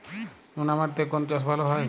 নোনা মাটিতে কোন চাষ ভালো হয়?